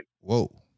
whoa